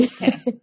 Yes